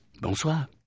Bonsoir